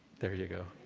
there you go,